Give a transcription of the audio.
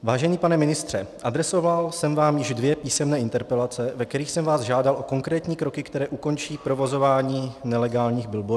Vážený pane ministře, adresoval jsem vám už dvě písemné interpelace, ve kterých jsem vás žádal o konkrétní kroky, které ukončí provozování nelegálních billboardů.